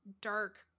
dark